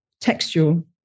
textual